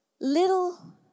Little